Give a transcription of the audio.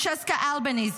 Francesca Albanese,